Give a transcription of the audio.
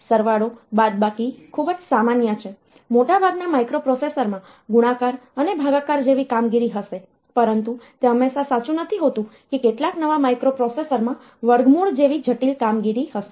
સરવાળો બાદબાકી ખૂબ જ સામાન્ય છે મોટાભાગના માઇક્રોપ્રોસેસરમાં ગુણાકાર અને ભાગાકાર જેવી કામગીરી હશે પરંતુ તે હંમેશા સાચું નથી હોતું કે કેટલાક નવા માઇક્રોપ્રોસેસરમાં વર્ગમૂળ જેવી જટિલ કામગીરી હશે